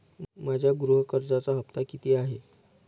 माझ्या गृह कर्जाचा हफ्ता किती आहे?